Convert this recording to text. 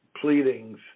pleadings